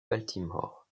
baltimore